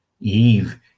Eve